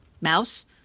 mouse